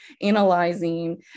analyzing